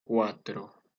cuatro